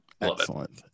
Excellent